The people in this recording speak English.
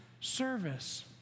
service